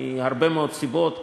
מהרבה מאוד סיבות.